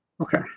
okay